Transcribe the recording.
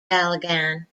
allegan